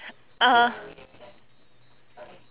uh